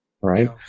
Right